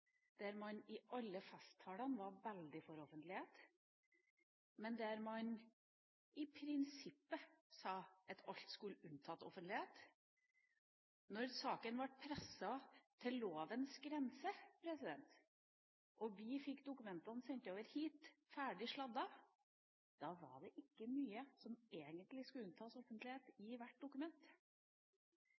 der man i alle festtalene var veldig for offentlighet, men der man i prinsippet sa at alt skulle unntas offentlighet. Da saka ble presset til lovas grense og vi fikk dokumentene sendt over hit ferdig sladdet, var det ikke mye som egentlig skulle unntas offentlighet i hvert dokument.